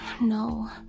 No